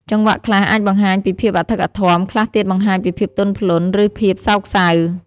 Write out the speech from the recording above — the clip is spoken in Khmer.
ចង្វាក់ខ្លះអាចបង្ហាញពីភាពអធិកអធម ខ្លះទៀតបង្ហាញពីភាពទន់ភ្លន់ ឬភាពសោកសៅ។